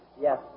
Yes